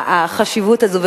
החשיבות הזאת.